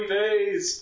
days